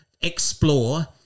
explore